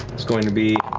is going to be